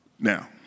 Now